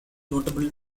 notable